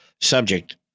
subject